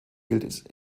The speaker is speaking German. gilt